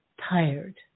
tired